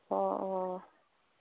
অঁ অঁ